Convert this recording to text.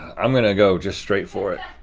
i'm gonna go just straight for it.